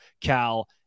Cal